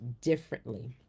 differently